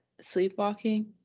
sleepwalking